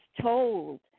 told